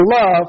Love